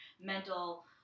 mental